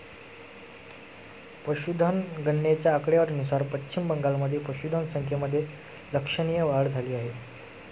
पशुधन गणनेच्या आकडेवारीनुसार पश्चिम बंगालमध्ये पशुधन संख्येमध्ये लक्षणीय वाढ झाली आहे